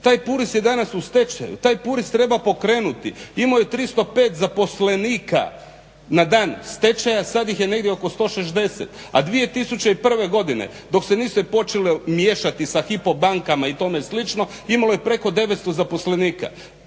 Taj Puris je danas u stečaju. Taj Puris treba pokrenuti. Imao je 305 zaposlenika. Na dan stečaja sad ih je 160, a 2001. Godine dok se nisu počele miješati sa HIPO bankama i tome slično imalo je preko 900 zaposlenika.